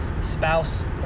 spouse